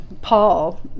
Paul